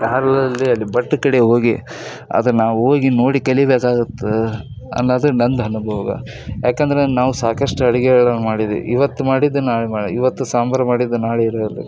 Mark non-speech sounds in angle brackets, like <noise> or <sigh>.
<unintelligible> ಅಲ್ಲಿ ಭಟ್ರ ಕಡೆ ಹೋಗಿ ಅದು ನಾ ಹೋಗಿ ನೋಡಿ ಕಲಿಬೇಕಾಗತ್ತೆ ಅನ್ನೋದು ನಂದು ಅನುಭೋಗ ಯಾಕಂದರೆ ನಾವು ಸಾಕಷ್ಟು ಅಡಿಗೆಗಳನ್ನ ಮಾಡಿದ್ದೀವಿ ಇವತ್ತು ಮಾಡಿದ್ದೂ ನಾಳೆ ಮಾ ಇವತ್ತು ಸಾಂಬಾರ್ ಮಾಡಿದ್ದು ನಾಳೆ ಇರಲ್ಲ